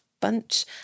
bunch